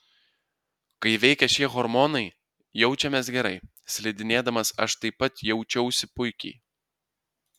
kai veikia šie hormonai jaučiamės gerai slidinėdamas aš taip pat jaučiausi puikiai